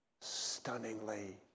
stunningly